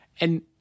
And-